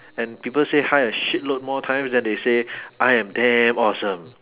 and people say hi a shit load more times than they say I am damn awesome